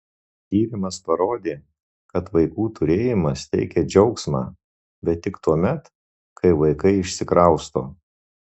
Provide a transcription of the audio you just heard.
tyrimas parodė kad vaikų turėjimas teikią džiaugsmą bet tik tuomet kai vaikai išsikrausto